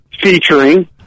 featuring